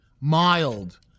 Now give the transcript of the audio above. mild